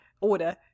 order